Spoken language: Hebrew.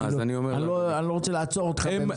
אני לא רוצה לעצור אותך באמצע,